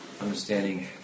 understanding